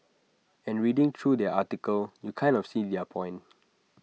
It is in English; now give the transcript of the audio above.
and reading through their article you kind of see their point